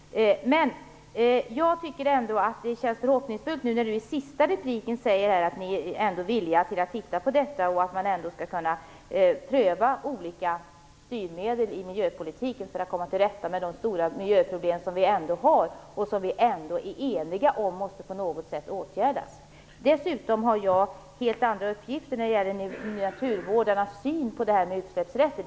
Jag tycker ändå att det känns förhoppningsfullt nu när Gudrun Lindvall i sin sista replik sade att ni är villiga att titta närmare på detta och att man skall kunna pröva olika styrmedel i miljöpolitiken för att komma till rätta med de stora miljöproblem som vi har och som - det är vi eniga om - måste åtgärdas på något sätt. Dessutom har jag helt andra uppgifter när det gäller naturvårdarnas syn på utsläppsrätterna.